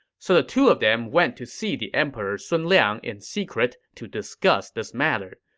so the two of them went to see the emperor sun liang in secret to discuss this matter.